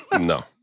No